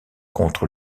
contre